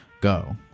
go